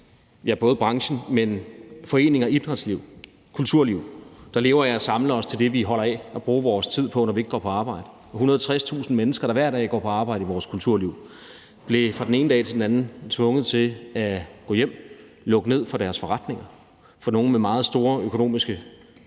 Både branchen og foreningslivet og kulturlivet, der lever af at samle os om det, vi holder af, og bruge vores tid på, når vi ikke går på arbejde, og de 160.000 mennesker, der hver dag går på arbejde i vores kulturliv, blev fra den ene dag til den anden tvunget til at gå hjem, lukke ned for deres forretninger, og for nogle med meget store konsekvenser